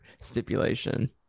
stipulation